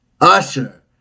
Usher